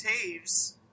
Taves